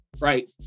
right